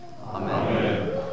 Amen